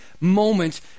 moment